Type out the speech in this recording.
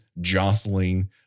jostling